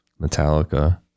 metallica